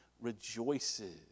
rejoices